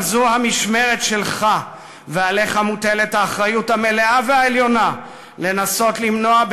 אבל זו המשמרת שלך ועליך מוטלת האחריות המלאה והעליונה לנסות למנוע,